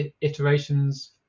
iterations